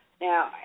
Now